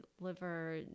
liver